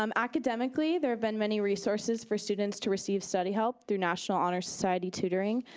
um academically, there have been many resources for students to receive study help through national honors society tutoring,